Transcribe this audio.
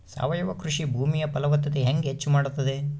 ಸಾವಯವ ಕೃಷಿ ಭೂಮಿಯ ಫಲವತ್ತತೆ ಹೆಂಗೆ ಹೆಚ್ಚು ಮಾಡುತ್ತದೆ?